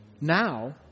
Now